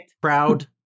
proud